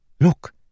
Look